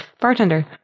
bartender